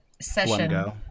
Session